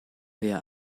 wer